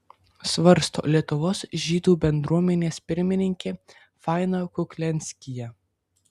svarsto lietuvos žydų bendruomenės pirmininkė faina kuklianskyje